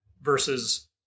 versus